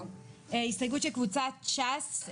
נכון, לגבי נגישות השירות אין חובת דיווח